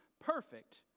perfect